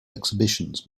exhibitions